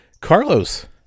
Carlos